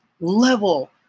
level